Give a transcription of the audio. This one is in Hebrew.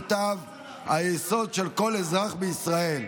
מזכויות היסוד של כל אזרח בישראל.